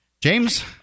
James